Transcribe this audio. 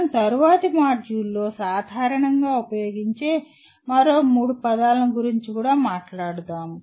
మనం తరువాతి మాడ్యూల్లో సాధారణంగా ఉపయోగించే మరో మూడు పదాల గురించి కూడా మాట్లాడుతాము